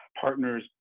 partners